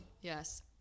yes